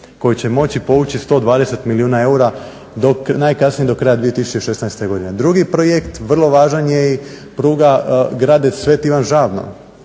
koji će moći povući 120 milijuna eura najkasnije do kraja 2016. godine. Drugi projekt vrlo važan je i pruga Gradec-sv. Ivan Žabno